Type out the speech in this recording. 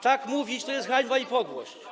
Tak mówić to jest hańba i podłość.